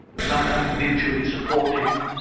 sometimes mutually supporting,